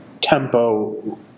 tempo